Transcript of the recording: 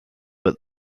but